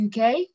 UK